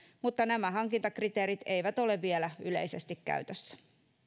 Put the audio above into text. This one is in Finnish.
mutta nämä hankintakriteerit eivät ole vielä yleisesti käytössä